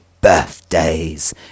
birthdays